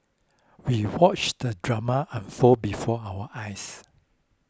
we watched the drama unfold before our eyes